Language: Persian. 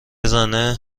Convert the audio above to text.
زنه